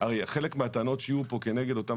הרי חלק מהטענות שיהיו פה כנגד אותן